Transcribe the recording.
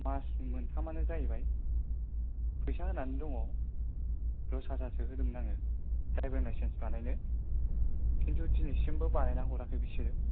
मास मोनथामानो जाहैबाय फैसा होनानै दङ दस हाजारसो होदोंमोन आङो द्राइभिं लाइसेन्स बानायनो खिन्थु दिनैसिमबो बानायनानै हराखै बिसोरो